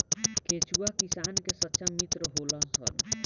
केचुआ किसान के सच्चा मित्र होलऽ सन